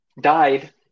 died